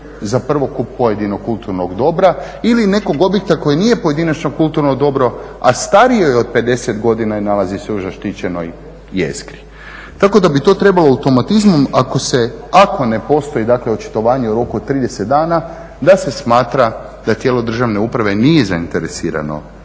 za prvokup pojedinog kulturnog dobra ili nekog objekta koji nije pojedinačno kulturno dobro, a starije je od 50 godina i nalazi se u zaštićenoj jezgri. Tako da bi to trebalo automatizmom ako ne postoji očitovanje u roku od 30 dana da se smatra da tijelo državne uprave nije zainteresirano